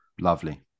Lovely